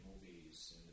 movies